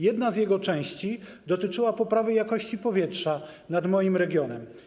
Jedna z jego części dotyczyła poprawy jakości powietrza w moim regionie.